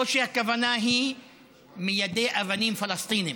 או שהכוונה היא למיידי אבנים פלסטינים,